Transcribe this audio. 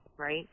Right